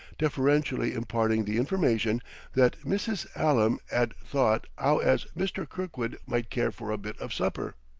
deferentially imparting the information that missis allam ad thought ow as mister kirkwood might care for a bit of supper.